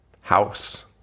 House